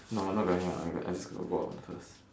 no I'm not going to hang up I I'm just going to go out first